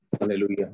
Hallelujah